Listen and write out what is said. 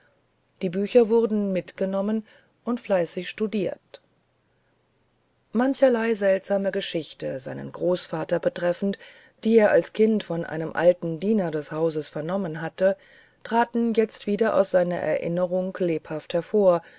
die bücher wurden mit hinabgenommen und fleißig studiert mancherlei seltsame geschichten seinen großvater betreffend die er als kind von einem alten diener des hauses vernommen hatte traten jetzt wieder aus seiner erinnerung lebhaft hervor